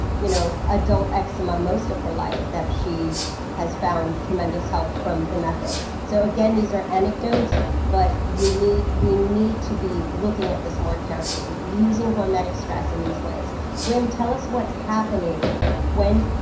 you know adult eczema most of her life that she has found tremendous health from the method so again, these are anecdotes but unique we need to be looking at this more carefully using hormetic stress in these ways women tell us what's happening when?